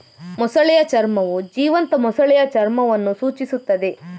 ಮೊಸಳೆಯ ಚರ್ಮವು ಜೀವಂತ ಮೊಸಳೆಯ ಚರ್ಮವನ್ನು ಸೂಚಿಸುತ್ತದೆ